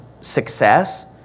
success